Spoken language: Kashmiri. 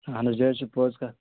اَہَن حظ یہِ حظ چھِ پوٚز کَتھ